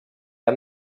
han